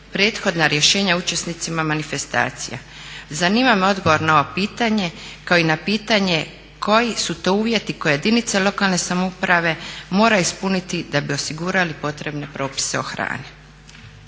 prethodna rješenja učesnicima manifestacija. Zanima me odgovor na ovo pitanje kao i na pitanje koji su to uvjeti koje jedinica lokalne samouprave mora ispuniti da bi osigurali potrebne propise o hrani.